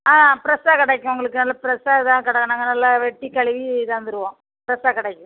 ஆ ஃப்ரெஸ்ஸாக கிடைக்கும் உங்களுக்கு நல்லா ஃப்ரெஸ்ஸாக இதா கடை நாங்க நல்லா வெட்டி கழுவி தந்துடுவோம் ஃப்ரெஸ்ஸாக கிடைக்கும்